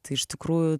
tai iš tikrųjų